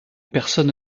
personne